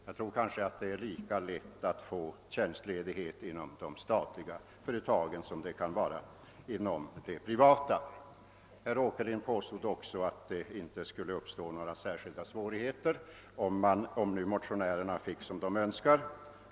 Jag tror att det är lika lätt att få tjänstledighet i de statliga företagen som det kan vara i de privata. Herr Åkerlind påstod också att det inte skulle uppstå några svårigheter om motionärerna nu fick som de önskar.